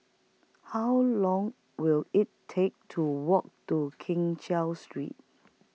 How Long Will IT Take to Walk to Keng Cheow Street